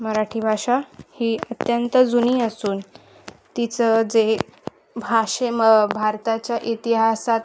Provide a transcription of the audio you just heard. मराठी भाषा ही अत्यंत जुनी असून तिचं जे भाषे म भारताच्या इतिहासात